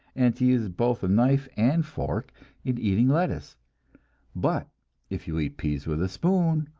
and to use both a knife and fork in eating lettuce but if you eat peas with a spoon,